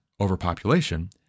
overpopulation